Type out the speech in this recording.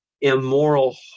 immoral